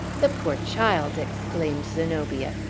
the poor child! exclaimed zenobia.